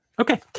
Okay